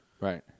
Right